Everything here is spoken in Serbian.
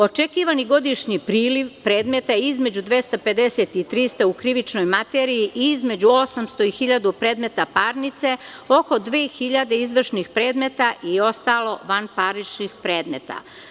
Očekivani godišnji priliv predmeta je između 250 i 300 u krivičnoj materiji i između 800 i 1.000 predmeta parnice, oko 2.000 izvršnih predmeta i ostalo vanparničnih predmeta.